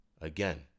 Again